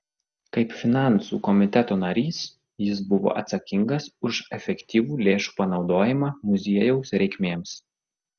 kaip finansų komiteto narys jis buvo atsakingas už efektyvų lėšų panaudojimą muziejaus reikmėms